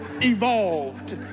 evolved